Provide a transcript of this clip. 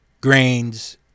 grains